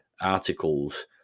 articles